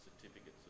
Certificates